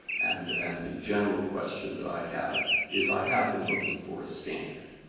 and and the general question that i have is i have been looking for a standard.